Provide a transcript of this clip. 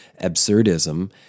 absurdism